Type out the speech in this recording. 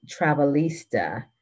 Travelista